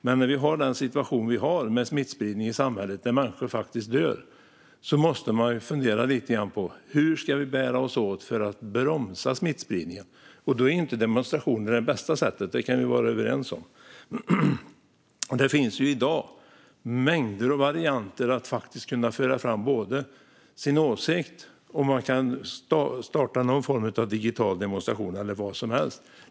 Men när vi har den situation vi har med smittspridning i samhället, där människor faktiskt dör, måste vi ju fundera lite grann på hur vi ska bära oss åt för att bromsa smittspridningen. Att demonstrationer inte är det bästa sättet kan vi vara överens om. Det finns i dag mängder av varianter för att föra fram en åsikt - man kan starta någon form av digital demonstration eller vad som helst.